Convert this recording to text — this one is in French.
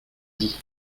dit